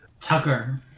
Tucker